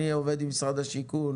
אני עובד עם משרד השיכון